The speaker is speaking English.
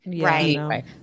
Right